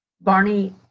barney